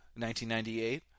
1998